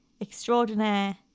extraordinaire